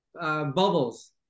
bubbles